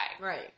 Right